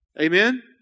Amen